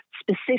specific